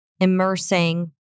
immersing